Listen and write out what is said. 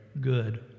good